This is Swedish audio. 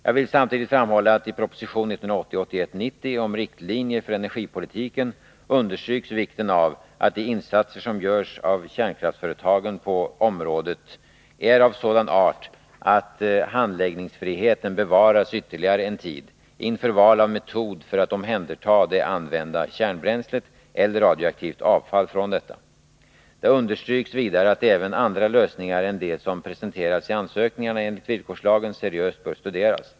Jag vill samtidigt framhålla att i proposition 1980/81:90 om riktlinjer för energipolitiken understryks vikten av att de insatser som görs av kärnkraftsföretagen på området är av sådan art att handlingsfriheten bevaras ytterligare en tid, inför val av metod för att omhänderta det använda kärnbränslet eller radioaktivt avfall från detta. Det understryks vidare att även andra lösningar än de som presenteras i ansökningarna enligt villkorslagen seriöst bör studeras.